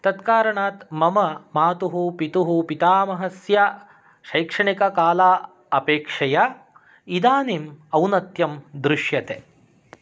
तत्कारणात् मम मातुः पितुः पितामहस्य शैक्षणिककालात् अपेक्षया इदानीम् औन्नत्यं दृश्यते